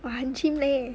!wah! 很 chim eh